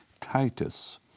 Titus